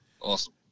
Awesome